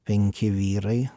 penki vyrai